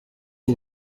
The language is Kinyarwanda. ubu